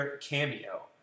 cameo